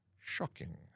shocking